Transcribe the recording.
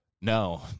No